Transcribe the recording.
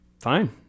Fine